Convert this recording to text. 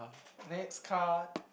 next card